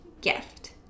gift